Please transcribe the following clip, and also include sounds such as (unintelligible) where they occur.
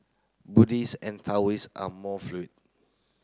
Buddhist and Taoist are more (unintelligible)